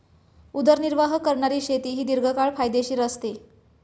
उदरनिर्वाह करणारी शेती ही दीर्घकाळ फायदेशीर असते